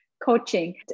coaching